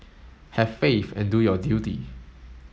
have faith and do your duty